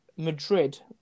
Madrid